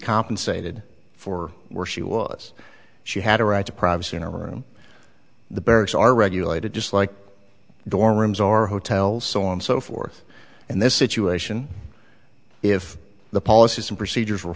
compensated for were she was she had a right to privacy in a room the barracks are regulated just like dorm rooms or hotels so on and so forth and this situation if the policies and procedures were